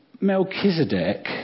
Melchizedek